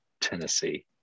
tennessee